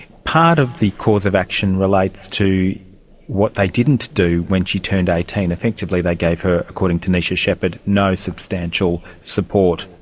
part of the cause of action relates to what they didn't do when she turned eighteen. effectively they gave her, according to neisha shepherd, no substantial support.